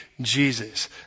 Jesus